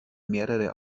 mehrere